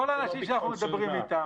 כל האנשים שאנחנו מדברים איתם,